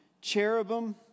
cherubim